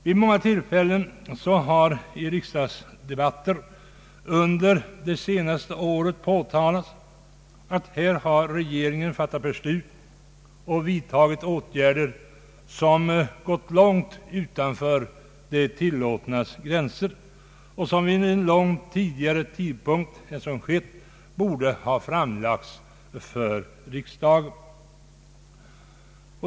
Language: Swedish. Vid många tillfällen har i riksdagsdebatten under det senaste året påtalats att regeringen har fattat beslut och vidtagit åtgärder som gått långt utanför det tillåtnas gränser och som långt tidigare än som skett borde ha förelagts riksdagen.